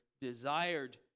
desired